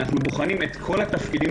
אנחנו בוחנים את כל התפקידים,